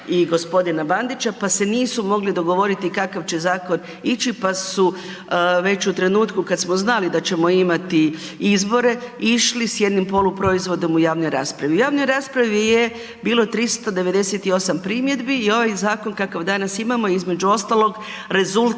i gospodina Bandića pa se nisu mogli dogovoriti kakav će zakon ići pa su već u trenutku kad smo znali da ćemo imati izbore išli s jednim poluproizvodom u javnoj raspravi. U javnoj raspravi je bilo 398 primjedbi i ovaj zakon kakav danas imamo je između ostalog rezultat